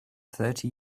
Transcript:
thirty